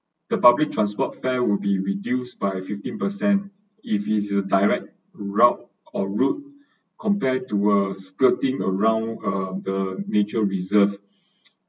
the public transport fare would be reduced by fifteen percent if it is a direct route or road compared to uh skirting around uh the nature reserved